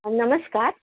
नमस्कार